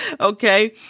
Okay